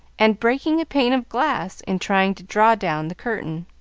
and breaking a pane of glass in trying to draw down the curtain.